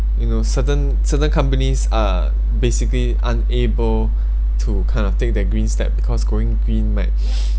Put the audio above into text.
you know certain certain companies are basically unable to kind of take the green step because going green might